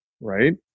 right